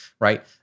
right